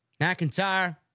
McIntyre